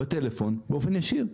בטלפון, באופן ישיר.